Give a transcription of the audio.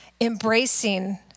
embracing